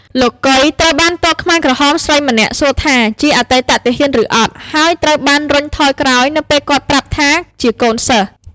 លោក កុយ ត្រូវបានទ័ពខ្មែរក្រហមស្រីម្នាក់សួរថាជាអតីតទាហានឬអត់ ហើយត្រូវបានរុញថយក្រោយនៅពេលគាត់ប្រាប់ថាជាកូនសិស្ស។